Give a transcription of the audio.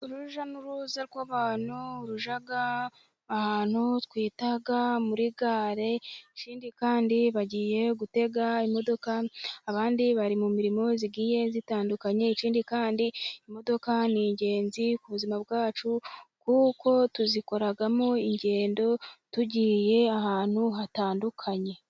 Urujya n'uruza rw'abantu rujya ahantu twita muri gare, ikindi kandi bagiye gutega imodoka, abandi bari mu mirimo igiye itandukanye, ikindi kandi imodoka ni ingenzi ku buzima bwacu, kuko tuzikoramo ingendo tugiye ahantu hatandukanye.